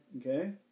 Okay